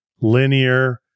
linear